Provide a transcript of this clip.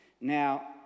Now